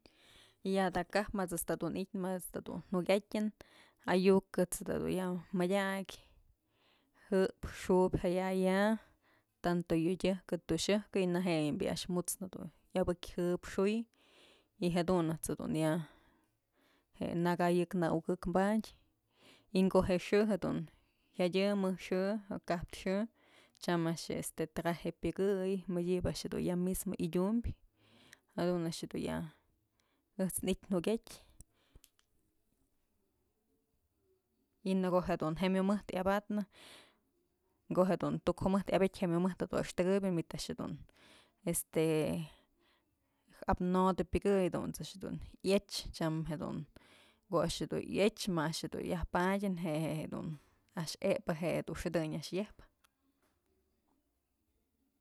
Ya'a da'a kaptë më ëjt's dun i'ityë më ëjt's dun ya'a jukyatyën ayu'uk ëjt's dun ya'a mëdyakyë jëb xubyë jaya'ay ya'a tanto yodyëjkë toxëjkë y najëyëm bi'i a'ax mut'snë ëbëkyë jëb xuy y jadun ëjt's jedun ya'a je'e nëkayë je'e në ukëk padyë y ko'o jë xë jedun jyadyë mëj xë o kaptë xë tyam a'ax je'e traje pyëkëy mëdyëbe a'ax ya mismo adyumbyë jadunt's dun ya ëjt's i'ityë jukyatyë y në ko'o jedun jeym jumët abatnë ko'o jedun tuk jumëjtë abetyë jëm jumëjtë dun axtëkëbyë myt a'ax jedun este ap nodë pyëkëy dunt's a'a dun yëch tyam jedun ko'o a'ax jedun iëch mä a'ax jedun yaj padyën je'e jedun a'ax epë je'e jedun xëdëñ a'ax yëjpë.